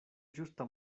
ĝusta